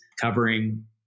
covering